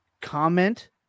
Comment